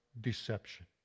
deception